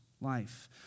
life